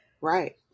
right